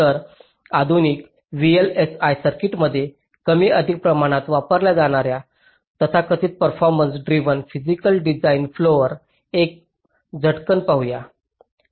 तर आधुनिक VLSI सर्किट्समध्ये कमी अधिक प्रमाणात वापरल्या जाणार्या तथाकथित परफॉरमेंस ड्रिव्हन फिजिकल डिझाइन फ्लोवर एक झटकन पाहू या